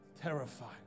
Terrified